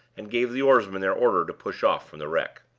and gave the oarsmen their order to push off from the wreck.